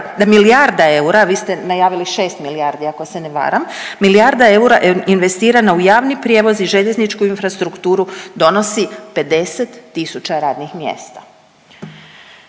da milijarda eura, vi ste najavili 6 milijardi, ako se ne varam, milijarda eura investirana u javni prijevoz i željezničku infrastrukturu donosi 50 tisuća radnih mjesta.